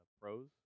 pros